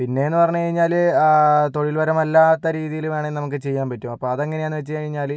പിന്നെ എന്ന് പറഞ്ഞു കഴിഞ്ഞാല് തൊഴിൽ പരമല്ലാത്ത രീതിയില് വേണേൽ നമുക്ക് ചെയ്യാൻ പറ്റും അപ്പം അത് എങ്ങനെയാന്ന് വെച്ച് കഴിഞ്ഞാല്